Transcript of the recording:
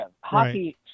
Hockey